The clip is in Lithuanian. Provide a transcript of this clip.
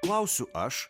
klausiu aš